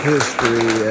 History